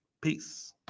Peace